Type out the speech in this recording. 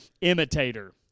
imitator